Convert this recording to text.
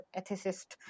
ethicist